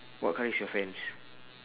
what colour is your fence